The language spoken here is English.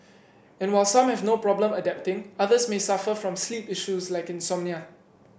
and while some have no problem adapting others may suffer from sleep issues like insomnia